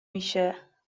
میشه